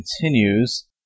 continues